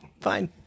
Fine